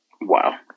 Wow